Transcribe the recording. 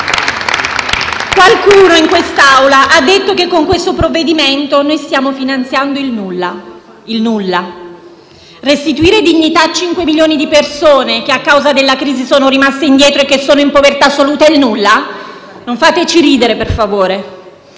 Qualcuno in quest'Aula ha detto che con questo provvedimento noi stiamo finanziando il nulla. Il nulla? Restituire dignità a cinque milioni di persone che, a causa della crisi, sono rimaste indietro e che sono in povertà assoluta è il nulla? Non fateci ridere, per favore.